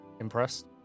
impressed